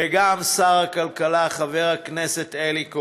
וגם שר הכלכלה חבר הכנסת אלי כהן,